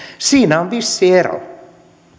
siinä on vissi ero